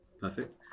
Perfect